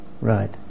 Right